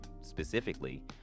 specifically